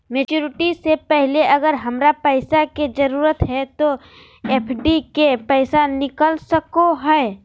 Maturity से पहले अगर हमरा पैसा के जरूरत है तो एफडी के पैसा निकल सको है?